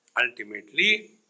Ultimately